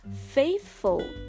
faithful